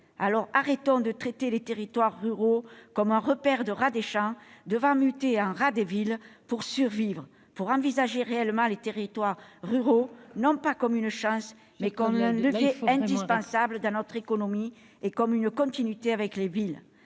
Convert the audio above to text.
Arrêtons donc de traiter les territoires ruraux comme un repaire de rats des champs devant muter en rats des villes pour survivre, et envisageons réellement ces territoires non comme une chance, mais comme un levier indispensable pour notre économie et comme une continuité avec les villes.